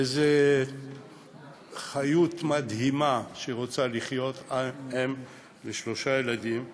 באיזו חיות מדהימה, רוצה לחיות, אם לשלושה ילדים.